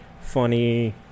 funny